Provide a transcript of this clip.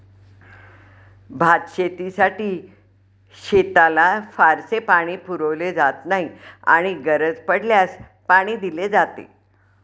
भातशेतीसाठी शेताला फारसे पाणी पुरवले जात नाही आणि गरज पडल्यास पाणी दिले जाते